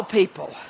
people